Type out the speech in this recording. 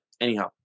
anyhow